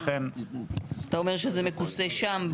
אתה אומר שזה מכוסה שם,